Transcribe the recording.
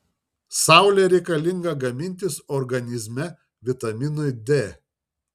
saulė reikalinga gamintis organizme vitaminui d